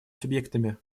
субъектами